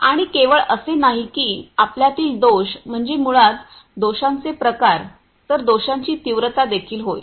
आणि केवळ असे नाही की आपल्यातील दोष म्हणजे मूळतः दोषांचे प्रकार तर दोषांची तीव्रता देखील होय